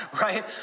right